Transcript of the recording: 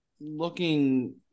looking